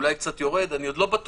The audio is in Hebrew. ואולי קצת יורד אני עוד לא בטוח,